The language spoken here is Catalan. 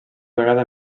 vegada